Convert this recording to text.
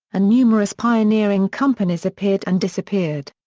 and numerous pioneering companies appeared and disappeared.